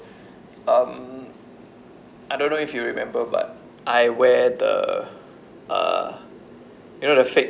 um I don't know if you remember but I wear the uh you know the fake